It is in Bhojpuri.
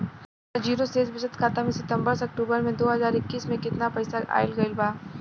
हमार जीरो शेष बचत खाता में सितंबर से अक्तूबर में दो हज़ार इक्कीस में केतना पइसा आइल गइल बा?